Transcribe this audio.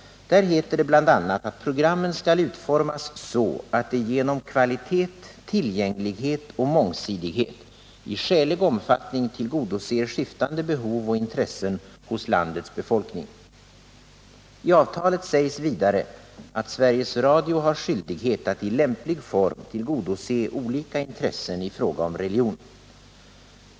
Där heter det bl.a. att programmen skall utformas så att de genom kvalitet, tillgänglighet och mångsidighet i skälig omfattning tillgodoser skiftande behov och intressen hos landets befolkning. I avtalet sägs vidare att Sveriges Radio har skyldighet att i lämplig form tillgodose olika intressen i fråga om religion.